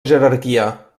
jerarquia